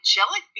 angelic